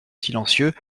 silencieux